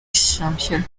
shampiyona